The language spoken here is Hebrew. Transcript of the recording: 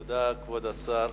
תודה, כבוד השר.